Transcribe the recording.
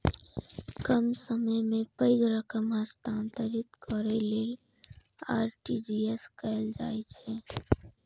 कम समय मे पैघ रकम हस्तांतरित करै लेल आर.टी.जी.एस कैल जाइ छै